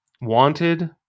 Wanted